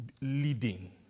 leading